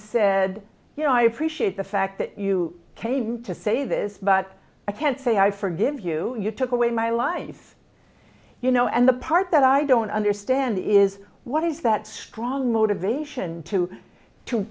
said you know i appreciate the fact that you came to say this but i can't say i forgive you you took away my life you know and the part that i don't understand is what is that strong motivation to to